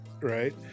right